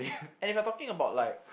and if you are talking about like